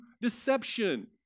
deception